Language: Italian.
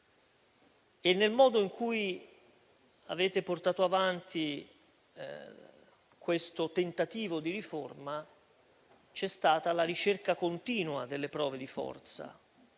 E, nel modo in cui avete portato avanti questo tentativo di riforma, c'è stata la ricerca continua delle prove di forza.